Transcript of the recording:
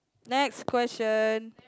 next question